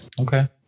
Okay